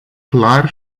clar